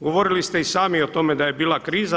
Govorili ste i sami o tome da je bila kriza.